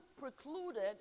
precluded